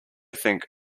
think